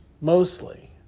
mostly